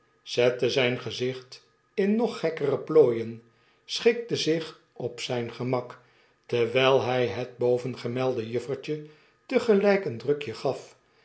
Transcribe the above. zette zijn gezicht in nog gekkere plooien schikte zich op zyn gemak terwrjl hy het bovengemelde juffertje tegelp een drukje gaf